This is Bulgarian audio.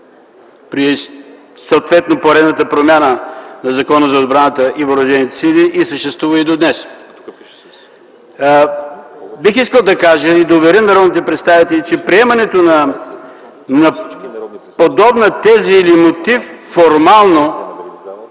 при съответно поредната промяна в Закона за отбраната и въоръжените сили и съществува и до днес. Бих искал да кажа и да уверя народните представители, че приемането на подобна теза или мотив формално